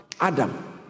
Adam